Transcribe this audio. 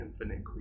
infinite